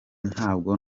ntabwo